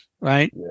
Right